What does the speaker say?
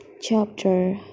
chapter